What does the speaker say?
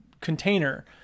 container